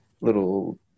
little